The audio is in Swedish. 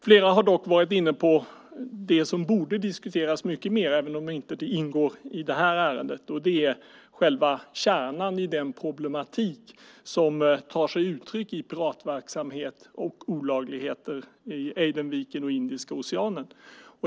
Flera har varit inne på det som borde diskuteras mycket mer, även om det inte ingår i detta ärende, och det är själva kärnan i den problematik som tar sig uttryck i piratverksamhet och olagligheter i Adenviken och Indiska oceanen.